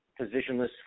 positionless